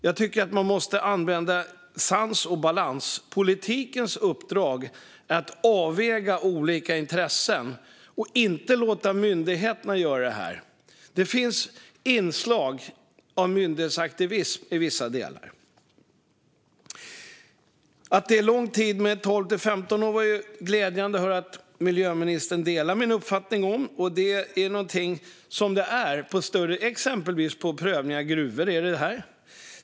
Jag tycker att man måste använda sans och balans. Politikens uppdrag är att väga av olika intressen och inte låta myndigheterna göra det här. Det finns inslag av myndighetsaktivism i vissa delar. Det var glädjande att höra att miljöministern delar min uppfattning att 12-15 år är lång tid exempelvis när det gäller prövning av gruvor.